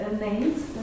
names